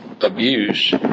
abuse